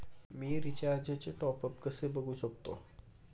मी रिचार्जचे टॉपअप कसे बघू शकतो?